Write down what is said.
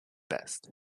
best